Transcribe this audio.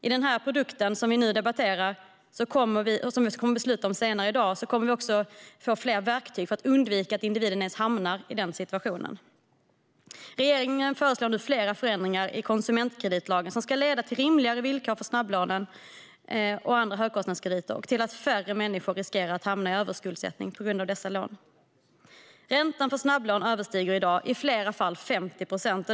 Med produkten som vi nu debatterar och kommer att besluta om senare i dag kommer vi att få fler verktyg för att undvika att individer ens hamnar i den situationen. Regeringen föreslår nu flera förändringar i konsumentkreditlagen som ska leda till rimligare villkor för snabblånen och andra högkostnadskrediter och till att färre människor riskerar att hamna i överskuldsättning på grund av dessa lån. Räntan för snabblån överstiger i dag i flera fall 50 procent.